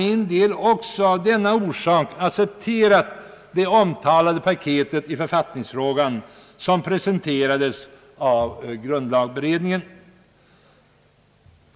Av denna orsak har jag också accepterat det paketet i författningsfrågan som presenterades av grundlagberedningen.